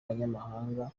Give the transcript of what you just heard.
abanyamahanga